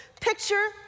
picture